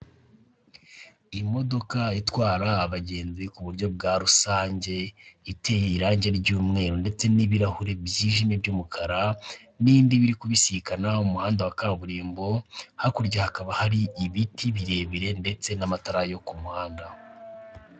Imodoka itwara abagenzi ku buryo bwa rusange, iteye irange ry'umweru ndetse n'ibirahuri byijimye by'umukara n'indi biri kubisikana, umuhanda wa kaburimbo, hakurya hakaba hari ibiti birebire ndetse n'amatara yo ku muhanda.